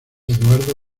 eduardo